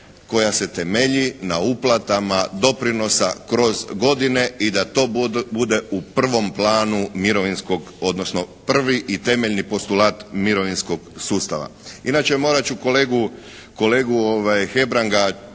koja se temelji na uplatama doprinosa kroz godine i da to bude u prvom planu mirovinskog, odnosno prvi i temeljni postulat mirovinskog sustava. Inače morati ću kolegu Hebranga